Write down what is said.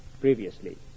previously